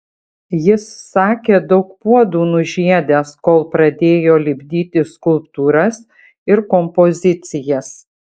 jis sakė daug puodų nužiedęs kol pradėjo lipdyti skulptūras ir kompozicijas